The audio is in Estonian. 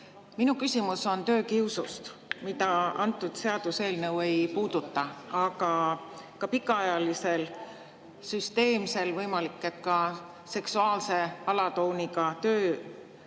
Minu küsimus on töökiusu kohta, mida see seaduseelnõu ei puuduta, aga ka pikaajalisel, süsteemsel, võimalik et ka seksuaalse alatooniga